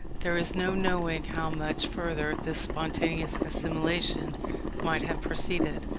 there is no knowing how much further this spontaneous assimilation might have proceeded.